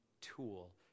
tool